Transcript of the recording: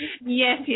yes